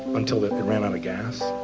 until it ran out of gas.